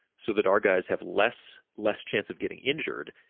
so that our guys have less less chance of getting injured,